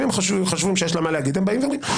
אם הם חושבים שיש להם מה להגיד, הם באים ואומרים.